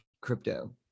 crypto